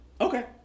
Okay